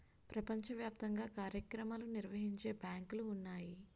ప్రపంచ వ్యాప్తంగా కార్యక్రమాలు నిర్వహించే బ్యాంకులు ఉన్నాయి